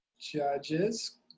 Judges